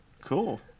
Cool